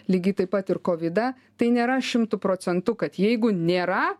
lygiai taip pat ir kovidą tai nėra šimtu procentu kad jeigu nėra